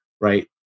right